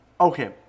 Okay